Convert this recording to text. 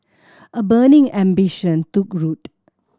a burning ambition took root